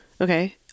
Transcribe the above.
Okay